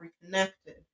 reconnected